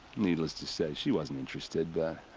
needless to say, she wasn't interested,